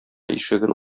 ишеген